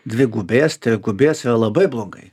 dvigubės trigubės yra labai blogai